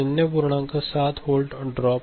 7 volt drop आहे